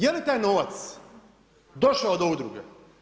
Je li taj novac došao do udruge?